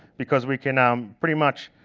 because we can ah um pretty much,